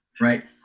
right